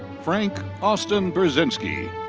frank austin burzynski.